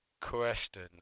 question